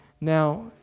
Now